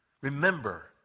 Remember